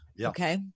okay